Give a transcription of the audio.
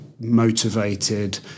motivated